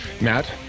Matt